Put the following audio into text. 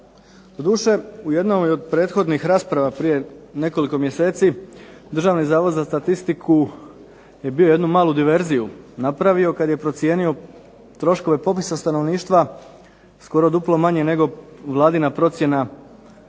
Doduše u jednoj od prethodnih rasprava prije nekoliko mjeseci Državni zavod za statistiku je jednu malu diverziju napravio kada je procijenio troškove popisa stanovništva skoro duplo manje nego Vladina procjena